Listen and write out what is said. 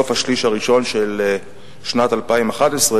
היא לא נעימה.